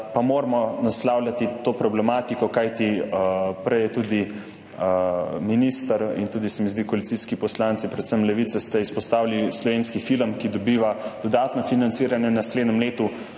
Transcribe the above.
pa moramo naslavljati to problematiko. Kajti prej ste tudi minister in, se mi zdi, koalicijski poslanci, predvsem Levice, izpostavili slovenski film, ki dobiva dodatna financiranja v naslednjem letu.